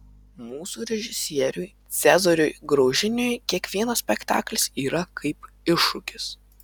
mūsų režisieriui cezariui graužiniui kiekvienas spektaklis yra kaip iššūkis